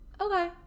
okay